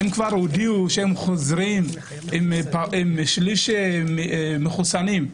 הם כבר הודיעו שהם חוזרים עם שליש מחוסנים,